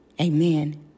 Amen